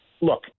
look